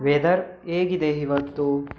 weather ಏಗಿದೆ ಇವತ್ತು